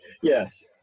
Yes